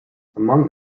among